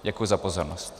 Děkuji za pozornost.